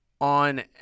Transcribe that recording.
on